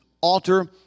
Alter